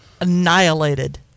annihilated